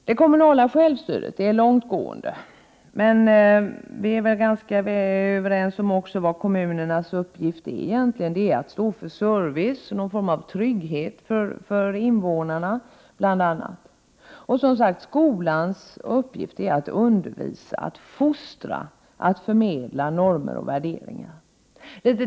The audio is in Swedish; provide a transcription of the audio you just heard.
Det kommunala självstyret är långtgående, men vi är överens om att kommunernas uppgift egentligen är att stå för service och någon form av trygghet för invånarna. Skolans uppgift är som sagt att undervisa, att fostra och att förmedla normer och värderingar.